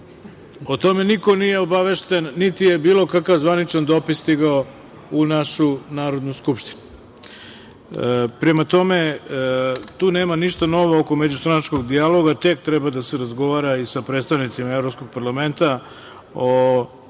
o tome niko nije obavešten, niti je bilo kakav zvaničan dopis stigao u našu Narodnu skupštinu. Prema tome, tu nema ništa novo oko međustranačkog dijaloga, tek treba da se razgovara i sa predstavnicima Evropskog parlamenta o